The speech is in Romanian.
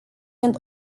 când